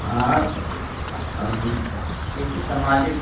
आब किछु सामाजिक